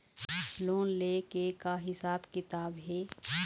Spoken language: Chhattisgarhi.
लोन ले के का हिसाब किताब हे?